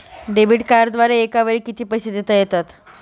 Debit कार्डद्वारे एकावेळी किती पैसे देता येतात?